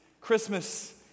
Christmas